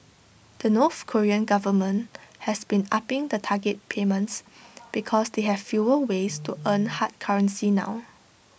the north Korean government has been upping the target payments because they have fewer ways to earn hard currency now